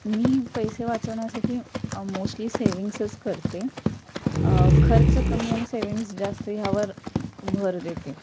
मी पैसे वाचवण्यासाठी मोस्टली सेविंग्सच करते खर्च कमी आणि सेविंग्स जास्त ह्यावर भर देते